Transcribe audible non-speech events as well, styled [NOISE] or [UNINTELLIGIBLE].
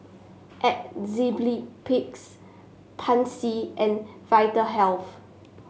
[UNINTELLIGIBLE] Pansy and Vitahealth